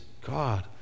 God